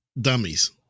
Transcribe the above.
dummies